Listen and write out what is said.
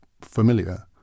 familiar